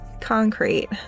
concrete